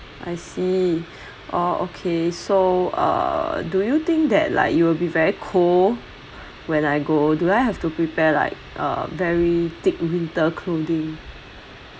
I see orh okay so uh do you think that like it will be very cold when I go do I have to prepare like uh very thick winter clothing